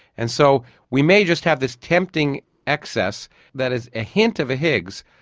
and so we may just have this tempting excess that is a hint of a higgs,